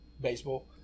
baseball